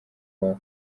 iwabo